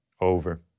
Over